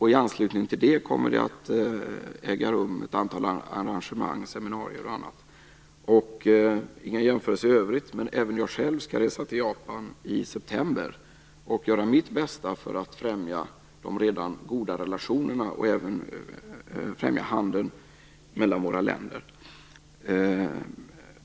I anslutning till det kommer det att äga rum ett antal arrangemang, seminarier och annat. Jag vill inte göra några jämförelser i övrigt, men även jag själv skall resa till Japan i september och då göra mitt bästa för att främja de redan goda relationerna och även främja handeln mellan våra länder.